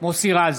מוסי רז,